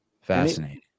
Fascinating